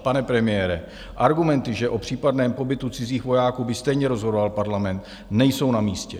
Pane premiére, argumenty, že o případném pobytu cizích vojáků by stejně rozhodoval Parlament, nejsou namístě.